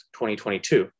2022